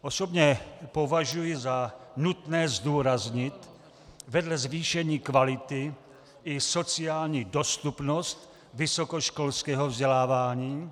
Osobně považuji za nutné zdůraznit vedle zvýšení kvality i sociální dostupnost vysokoškolského vzdělávání.